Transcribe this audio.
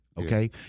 okay